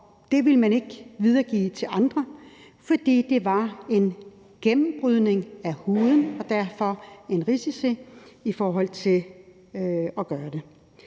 Det ville man ikke videregive til andre, fordi det var en gennembrydning af huden og der derfor var risici i forhold til at gøre det.